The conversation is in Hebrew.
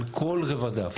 על כל רבדיו,